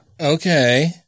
okay